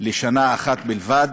לשנה אחת בלבד,